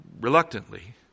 reluctantly